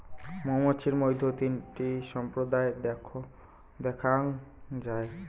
মৌমাছির মইধ্যে তিনটা সম্প্রদায় দ্যাখাঙ যাই